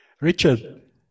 richard